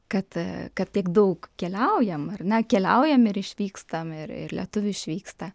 kad kad tiek daug keliaujam ar ne keliaujam ir išvykstam ir ir lietuviai išvyksta